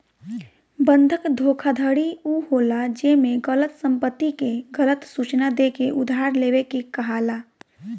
बंधक धोखाधड़ी उ होला जेमे गलत संपत्ति के गलत सूचना देके उधार लेवे के कहाला